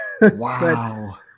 Wow